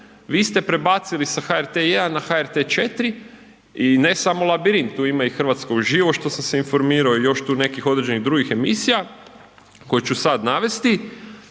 vi ste prebacili sa HRT 1 na HRT 4, i ne samo Labirint, tu ima i Hrvatska uživo, što sam se informirao, i još tu nekih određenih drugih emisija koje ću sad navesti,